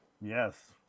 Yes